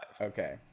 Okay